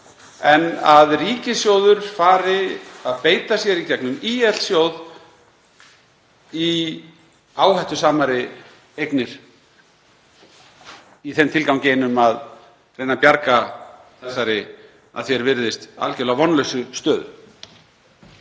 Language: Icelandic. en að ríkissjóður fari að beita sér í gegnum ÍL-sjóð í áhættusamari eignir í þeim tilgangi einum að reyna að bjarga þessari, að því er virðist, algerlega vonlausu stöðu?